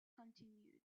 continued